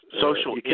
Social